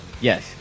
Yes